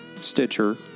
Stitcher